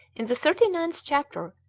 in the thirty ninth chapter,